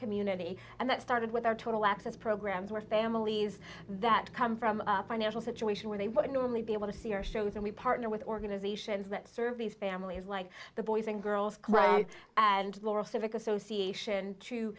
community and that started with our total access programs where families that come from financial situation where they would normally be able to see our shows and we partner with organizations that serve these families line the boys and girls club and laurel civic association